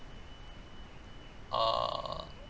err